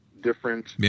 different